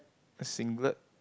a singlet